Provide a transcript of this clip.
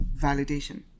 validation